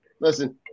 listen